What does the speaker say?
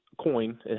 coin